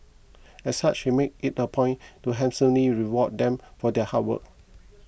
as such he makes it a point to handsomely reward them for their hard work